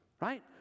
right